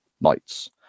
knights